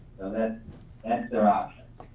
ah that's there options.